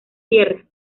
tierra